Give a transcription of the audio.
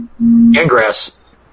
ingress